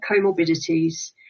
comorbidities